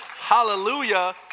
Hallelujah